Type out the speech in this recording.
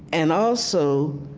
and also,